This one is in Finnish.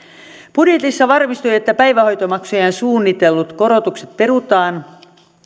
budjetissa varmistui että päivähoitomaksujen suunnitellut korotukset perutaan